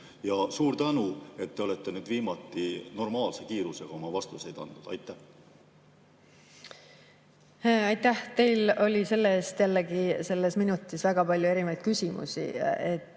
Suur tänu, et te olete nüüd normaalse kiirusega oma vastuseid andnud! Aitäh! Teil oli selle-eest selles minutis väga palju erinevaid küsimusi,